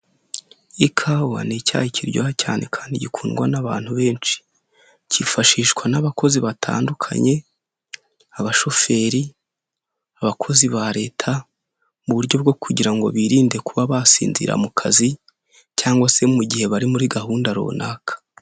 Ikawa ni icyayi kiryoha cyane kandi gikundwa n'abantu benshi, cyifashishwa n'abakozi batandukanye, abashoferi, abakozi ba Leta mu buryo bwo kugira ngo birinde kuba basinzira mu kazi cyangwa se mu gihe bari muri gahunda runaka.